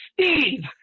Steve